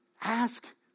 ask